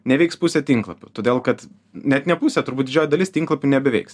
neveiks pusė tinklapių todėl kad net ne pusė turbūt didžioji dalis tinklapių nebeveiks